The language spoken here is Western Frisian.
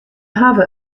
hawwe